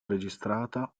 registrata